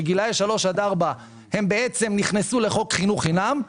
שגילאי שלוש עד ארבע הם בעצם נכנסו לחוק חינוך חינם.